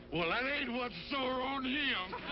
well, that ain't what's sore on him.